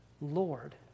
Lord